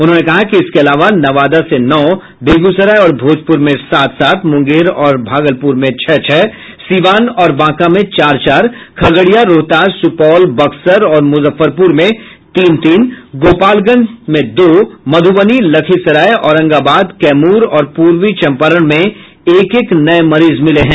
उन्होंने कहा कि इसके अलावा नवादा से नौ बेगूसराय और भोजपुर में सात सात मुंगेर और भागलपुर से छह छह सीवान और बांका में चार चार खगड़िया रोहतास सुपौल बक्सर और मुजफ्फरपुर में तीन तीन गोपालगंज से दो मधुबनी लखीसराय औरंगाबाद कैमूर और पूर्वी चंपारण में एक एक नये मरीज मिले हैं